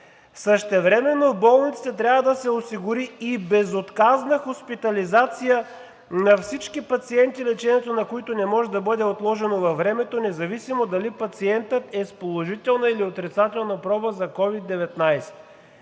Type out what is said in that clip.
„Същевременно в болниците трябва да се осигури и безотказна хоспитализация на всички пациенти, лечението на които не може да бъде отложено във времето, независимо дали пациентът е с положителна, или отрицателна проба за COVID-19.“